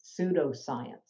pseudoscience